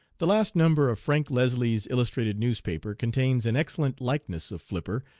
the last number of frank leslie's illustrated newspaper contains an excellent likeness of flipper,